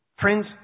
Friends